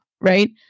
right